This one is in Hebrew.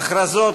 הודעות,